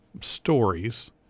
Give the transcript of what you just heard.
stories